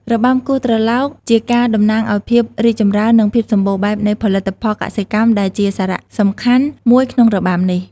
របាំគោះត្រឡោកជាការតំណាងឱ្យភាពរីកចម្រើន និងភាពសម្បូរបែបនៃផលិតផលកសិកម្មដែលជាសារសំខាន់មួយក្នុងរបាំនេះ។